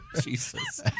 Jesus